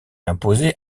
imposée